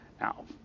Now